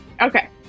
Okay